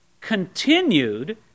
continued